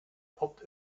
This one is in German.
poppt